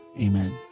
Amen